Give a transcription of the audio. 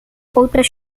outras